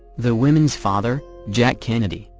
the women's father, jack kennedy,